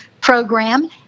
Program